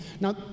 Now